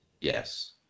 yes